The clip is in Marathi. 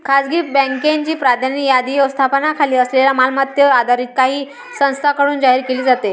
खासगी बँकांची प्राधान्य यादी व्यवस्थापनाखाली असलेल्या मालमत्तेवर आधारित काही संस्थांकडून जाहीर केली जाते